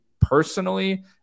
personally